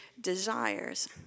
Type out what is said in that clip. desires